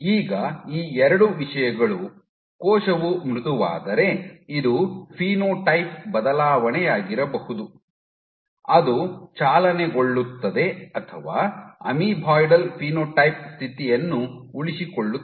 ಈಗ ಈ ಎರಡು ವಿಷಯಗಳು ಕೋಶವು ಮೃದುವಾದರೆ ಇದು ಫಿನೋಟೈಪ್ ಬದಲಾವಣೆಯಾಗಿರಬಹುದು ಅದು ಚಾಲನೆಗೊಳ್ಳುತ್ತದೆ ಅಥವಾ ಅಮೀಬಾಯ್ಡಲ್ ಫಿನೋಟೈಪ್ ಸ್ಥಿತಿಯನ್ನು ಉಳಿಸಿಕೊಳ್ಳುತ್ತದೆ